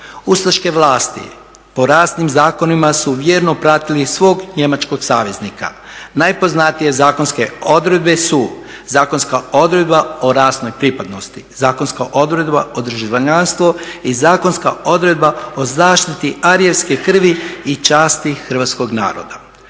Ustaške vlasti po rasnim zakonima su vjerno pratili svog njemačkog saveznika. Najpoznatije zakonske odredbe su zakonska odredba o rasnoj pripadnosti, zakonska odredba o državljanstvu i zakonska odredba o zaštiti arijevske krvi i časti hrvatskog naroda.